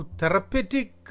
therapeutic